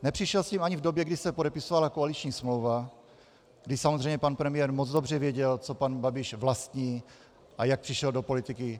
Nepřišel s tím ani v době, kdy se podepisovala koaliční smlouva, kdy samozřejmě pan premiér moc dobře věděl, co pan Babiš vlastní a jak přišel do politiky.